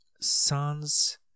son's